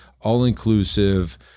all-inclusive